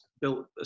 built